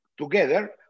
together